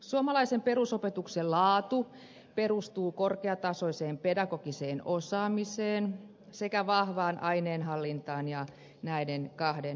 suomalaisen perusopetuksen laatu perustuu korkeatasoiseen pedagogiseen osaamiseen sekä vahvaan aineenhallintaan ja näiden kahden yhdistämiseen